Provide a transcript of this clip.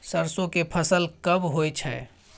सरसो के फसल कब होय छै?